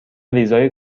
ویزای